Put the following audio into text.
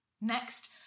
Next